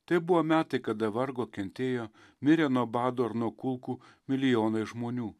tai buvo metai kada vargo kentėjo mirė nuo bado ar nuo kulkų milijonai žmonių